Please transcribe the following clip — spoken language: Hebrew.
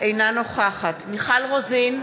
אינה נוכחת מיכל רוזין,